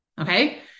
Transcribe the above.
okay